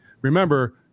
remember